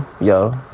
Yo